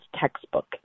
textbook